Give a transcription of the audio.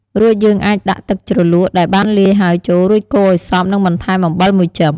រួចយើងអាចចាក់ទឹកជ្រលក់ដែលបានលាយហើយចូល រួចកូរឱ្យសព្វ និងបន្ថែមអំបិល១ចិប។